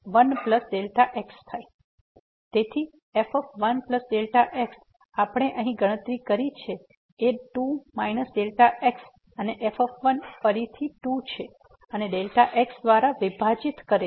તેથી f 1x આપણે અહીં ગણતરી કરી છે એ 2 x and f ફરીથી 2 છે અને x દ્વારા વિભાજીત છે